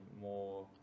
more